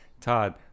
Todd